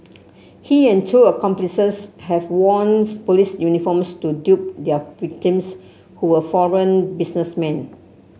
he and two accomplices had worn's police uniforms to dupe their victims who were foreign businessmen